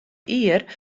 jier